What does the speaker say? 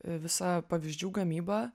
visa pavyzdžių gamyba